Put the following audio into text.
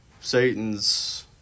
Satan's